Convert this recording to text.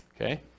Okay